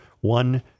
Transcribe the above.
one